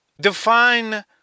define